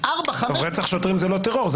ארבע-חמש --- רצח שוטרים זה לא טרור,